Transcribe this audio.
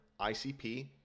ICP